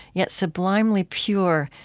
yet sublimely pure,